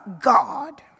God